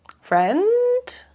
friend